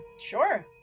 sure